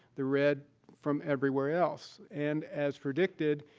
the red from everywhere else. and as predicted,